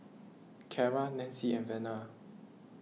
Cara Nancy and Vena